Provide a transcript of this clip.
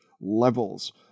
levels